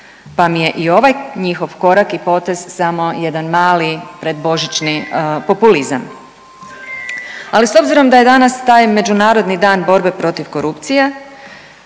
pa mi je i ovaj njihov korak i potez samo jedan mali predbožićni populizam. Ali s obzirom da je danas taj Međunarodni dan borbe protiv korupcije,